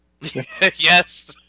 Yes